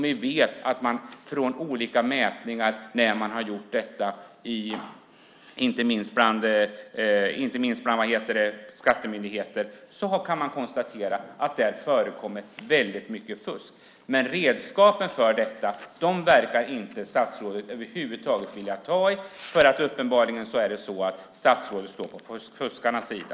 Vi vet genom mätningar från bland annat skattemyndigheten att det förekommer väldigt mycket fusk i denna bransch. Men redskapen för detta verkar statsrådet över huvud taget inte vilja ta i. Uppenbarligen står statsrådet på fuskarnas sida.